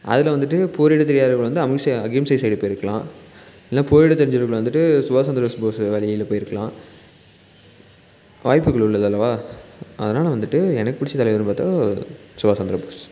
அதில் வந்துட்டு போரிட தெரியாதவர்கள் வந்து அமின்ச அகிம்சை சைடு போயிருக்கலாம் இல்லைனா போரிட தெரிஞ்சவர்கள் வந்துட்டு சுபாஷ் சந்திர போஸு வழியில் போயிருக்கலாம் வாய்ப்புகள் உள்ளது அல்லவா அதனால் வந்துட்டு எனக்கு பிடிச்ச தலைவர்னு பார்த்தா சுபாஷ் சந்திர போஸ்